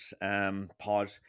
pod